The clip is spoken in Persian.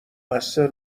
مقصر